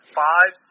five